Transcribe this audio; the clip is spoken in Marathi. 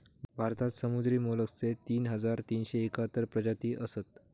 भारतात समुद्री मोलस्कचे तीन हजार तीनशे एकाहत्तर प्रजाती असत